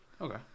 Okay